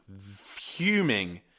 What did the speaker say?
fuming